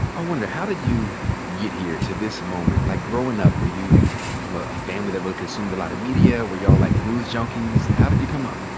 i wonder, how did you get here to this moment? like, growing up, were you from ah a family that really consumed a lot of media? were y'all like news junkies? how did you come up?